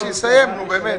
בסדר, שיסיים, נו באמת.